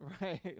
right